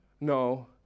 No